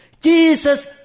Jesus